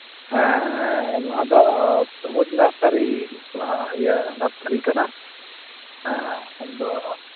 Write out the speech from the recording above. ᱦᱮᱸ ᱱᱚᱣᱟᱫᱚ ᱥᱚᱵᱩᱡᱽ ᱱᱟᱨᱥᱟᱨᱤ ᱵᱟᱦᱟ ᱤᱭᱟᱹ ᱱᱟᱨᱥᱟᱨᱤ ᱠᱟᱱᱟ ᱦᱮᱸ ᱟᱢᱫᱚ